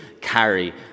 carry